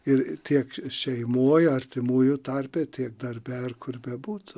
ir tiek šeimoj artimųjų tarpe tiek darbe ar kur bebūtų